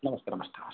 नमस्तु नमस्तु